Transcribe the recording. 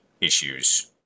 issues